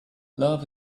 love